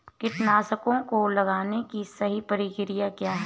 कीटनाशकों को लगाने की सही प्रक्रिया क्या है?